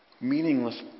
meaningless